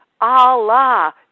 Allah